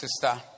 sister